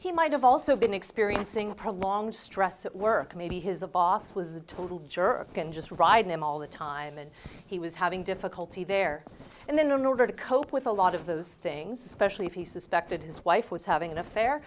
he might have also been experiencing prolonged stress at work maybe his a boss was a total jerk and just ride him all the time and he was having difficulty there and then in order to cope with a lot of those things if he suspected his wife was having an affair